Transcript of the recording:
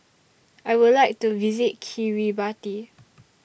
I Would like to visit Kiribati